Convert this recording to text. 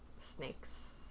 Snakes